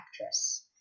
actress